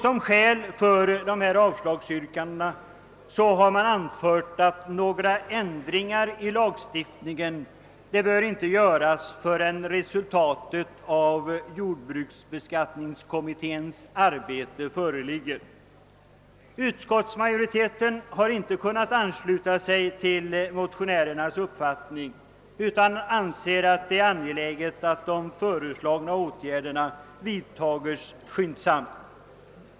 Som skäl för avslagsyrkandet har anförts att några ändringar i lagstiftningen inte bör göras förrän resultatet av jordbruksbeskattningskommitténs arbete föreligger. Utskottsmajoriteten har emellertid inte kunnat ansluta sig till motionärernas uppfattning utan har ansett det angeläget att de föreslagna åtgärderna vidtages skyndsamt.